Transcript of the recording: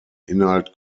inhalt